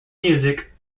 music